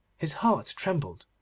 his heart trembled,